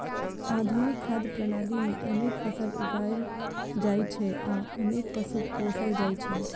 आधुनिक खाद्य प्रणाली मे अनेक फसल उगायल जाइ छै आ अनेक पशु पोसल जाइ छै